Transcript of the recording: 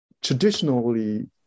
traditionally